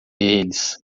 eles